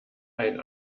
ein